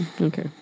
Okay